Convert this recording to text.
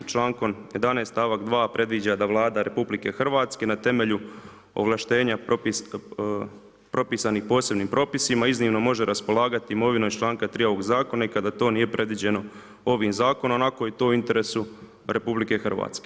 U članku 11., st. 2. predviđa da Vlada RH na temelju ovlaštenja propisanih posebnim propisima iznimno može raspolagati imovinom iz čl. 3. ovog Zakona i kada to nije predviđeno ovim Zakonom ako je to u interesu RH.